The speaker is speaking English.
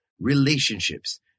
relationships